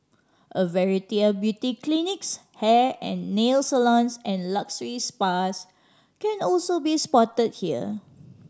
a variety of beauty clinics hair and nail salons and luxury spas can also be spotted here